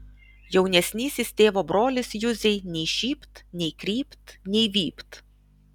jaunesnysis tėvo brolis juzei nei šypt nei krypt nei vypt